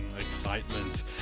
Excitement